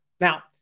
Now